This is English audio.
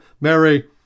Mary